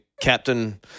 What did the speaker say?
captain